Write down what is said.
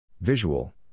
Visual